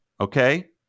okay